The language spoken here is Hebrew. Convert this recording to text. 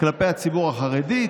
כלפי הציבור החרדי,